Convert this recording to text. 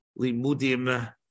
limudim